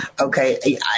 okay